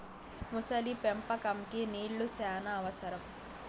మొసలి పెంపకంకి నీళ్లు శ్యానా అవసరం